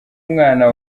umwana